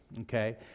Okay